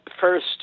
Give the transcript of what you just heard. first